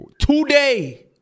today